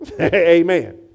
Amen